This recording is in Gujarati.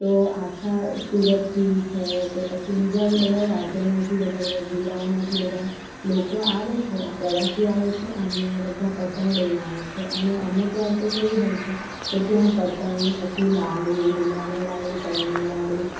તો આખા સુરતથી છે કે પછી બીજા બધા રાજ્યમાંથી બધા બધા બધા જીલ્લાઓમાંથી બધા લોકો આવે છે પ્રવાસીઓ આવે છે અને બધા પતંગ લઈને આવે છે અને અમુક વાર તો કેવું હોય છે કે ત્યાં પતંગ પછી લાડુ મમરાના લાડુ તલના લાડુ